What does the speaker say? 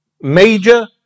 major